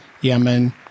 Yemen